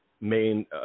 main